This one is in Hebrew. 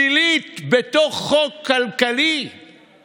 5 ו-6 התקבלו כנוסח הוועדה בקריאה השנייה.